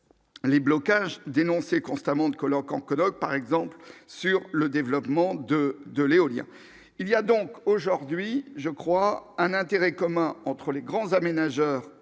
les blocages dénoncé constamment de colloque en colloque, par exemple sur le développement de de l'éolien, il y a donc aujourd'hui, je crois, un intérêt commun entre les grands aménageurs,